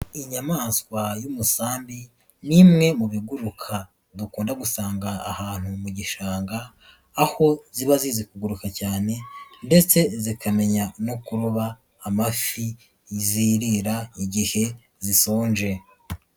Inyamaswa y'umusambi, ni imwe mu biguruka dukunda gusanga ahantu mu gishanga, aho ziba zizi kuguruka cyane ndetse zikamenya no kuroba amafi zirira igihe zishonje.